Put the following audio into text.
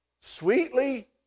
sweetly